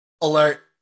alert